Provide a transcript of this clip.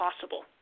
possible